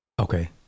Okay